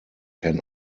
can